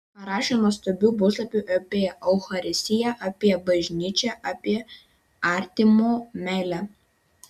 parašė nuostabių puslapių apie eucharistiją apie bažnyčią apie artimo meilę